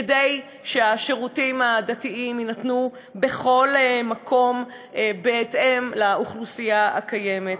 כדי ששירותי הדת יינתנו בכל מקום בהתאם לאוכלוסייה הקיימת.